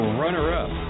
runner-up